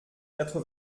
quatre